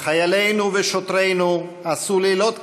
עשו חיילינו ושוטרינו לילות כימים,